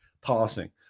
passing